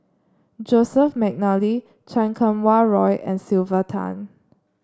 Joseph McNally Chan Kum Wah Roy and Sylvia Tan